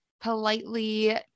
politely